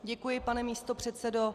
Děkuji, pane místopředsedo.